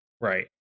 right